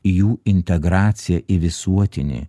jų integracija į visuotinį